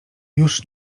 już